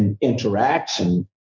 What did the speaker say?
interaction